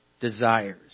Desires